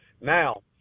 Now